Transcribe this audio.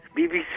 BBC